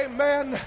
Amen